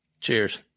Cheers